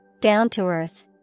down-to-earth